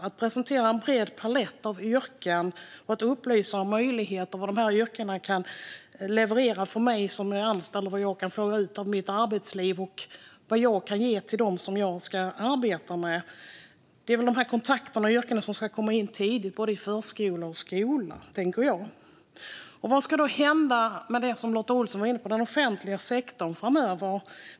Att presentera en bred palett av yrken och upplysa om vilka möjligheter de här yrkena kan innebära för mig som anställd, vad jag kan få ut från mitt arbetsliv och vad jag kan ge till dem som jag ska arbeta med är viktigt. De här kontakterna med olika yrken ska komma in tidigt, både i förskola och skola, tänker jag. Vad ska hända med det som Lotta Olsson var inne på, alltså den offentliga sektorn framöver?